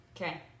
okay